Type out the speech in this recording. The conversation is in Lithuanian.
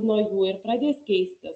nuo jų ir pradės keistis